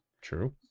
true